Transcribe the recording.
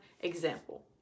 example